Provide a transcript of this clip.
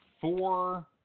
four